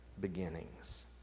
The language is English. beginnings